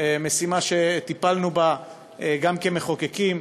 משימה שטיפלנו בה גם כמחוקקים,